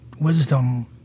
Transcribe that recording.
wisdom